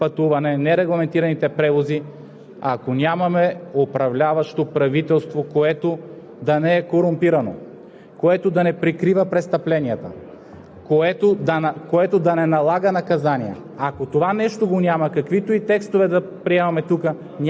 ще подкрепим тези текстове, с ясното съзнание, че те няма да решат проблема за нерегламентираното пътуване, нерегламентираните превози, ако нямаме управляващо правителство, което да не е корумпирано,